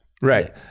Right